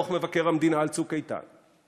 דוח מבקר המדינה על "צוק איתן",